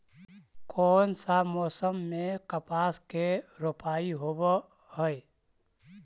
कोन सा मोसम मे कपास के रोपाई होबहय?